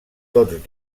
tots